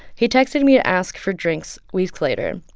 he texted me to ask for drinks weeks later.